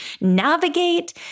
navigate